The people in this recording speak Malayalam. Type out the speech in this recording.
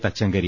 തച്ചങ്കരി